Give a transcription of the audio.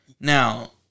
Now